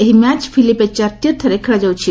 ଏହି match Philippe ଚାର୍ଟିୟର୍ଠାରେ ଖେଳାଯାଉଛି